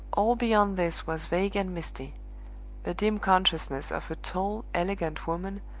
all beyond this was vague and misty a dim consciousness of a tall, elegant woman,